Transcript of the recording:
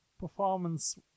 performance